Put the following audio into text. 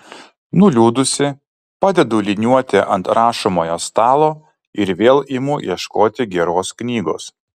nuliūdusi padedu liniuotę ant rašomojo stalo ir vėl imu ieškoti geros knygos